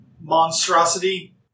monstrosity